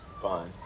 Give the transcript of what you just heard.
Fine